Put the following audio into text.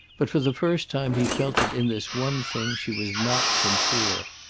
but for the first time he felt that in this one thing she was not sincere.